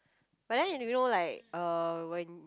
but then if you know like uh when